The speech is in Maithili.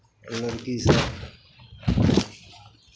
एहि लड़कीसभ